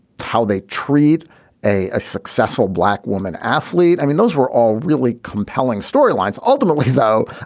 how they treat a successful black woman athlete. i mean, those were all really compelling storylines. ultimately, though,